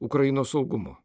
ukrainos saugumo